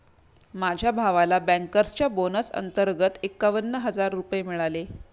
माझ्या भावाला बँकर्सच्या बोनस अंतर्गत एकावन्न हजार रुपये मिळाले